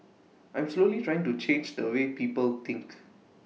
I'm slowly trying to change the way people think